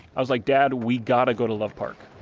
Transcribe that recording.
i was like, dad, we gotta go to love park.